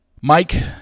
Mike